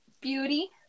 Beauty